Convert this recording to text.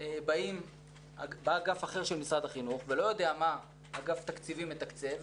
בא אגף אחר של משרד החינוך ולא יודע מה אגף תקציבים מתקצב,